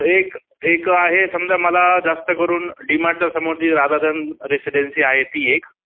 एक एक आहे समजा मला जास्त करून डीमार्टच्या समोरची राधाधन रेसिडेन्सी आहे ती एक